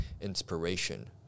inspiration